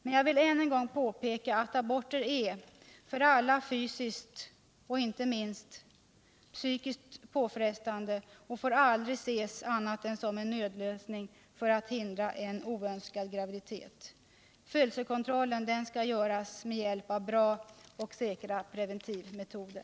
Men jag vill än en gång påpeka att aborter för alla är fysiskt och inte minst psykiskt påfrestande och aldrig får ses som annat än en nödlösning för att hindra en oönskad graviditet. Födelsekontrollen skall ske med hjälp av bra och säkra preventivmetoder.